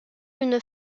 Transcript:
d’une